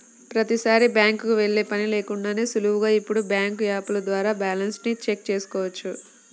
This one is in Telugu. ప్రతీసారీ బ్యాంకుకి వెళ్ళే పని లేకుండానే సులువుగా ఇప్పుడు బ్యాంకు యాపుల ద్వారా బ్యాలెన్స్ ని చెక్ చేసుకోవచ్చు